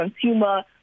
consumer